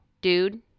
dude